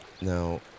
now